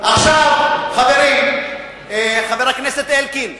חבר הכנסת אלקין,